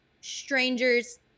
strangers